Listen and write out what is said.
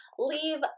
Leave